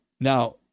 Now